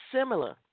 similar